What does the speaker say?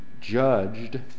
judged